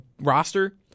roster